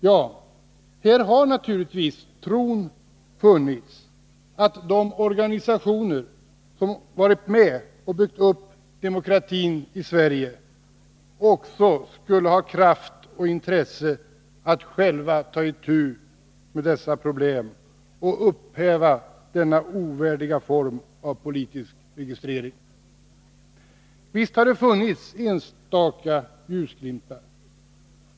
Ja, här har naturligtvis tron funnits att de organisationer som har varit med och byggt upp demokratin i Sverige också skulle ha kraft och intresse att själva ta itu med dessa problem och upphäva denna form av politisk registrering. Visst har det funnits enstaka ljusglimtar.